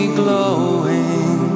glowing